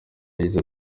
yagize